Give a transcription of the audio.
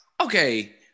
okay